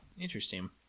Interesting